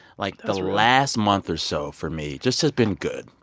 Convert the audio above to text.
like the last month or so for me just has been good.